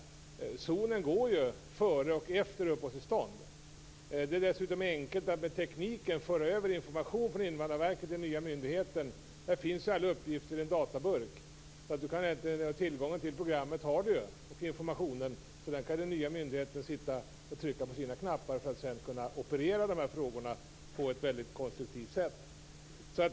Gränsen går ju vid uppehållstillståndet. Det är dessutom enkelt att med teknikens hjälp föra över information från Invandrarverket till den nya myndigheten. Alla uppgifter finns i en databurk, och tillgång till programmet och informationen har man. Därför kan man på den nya myndigheten sitta och trycka på sina knappar för att sedan kunna operera de här frågorna på ett konstruktivt sätt.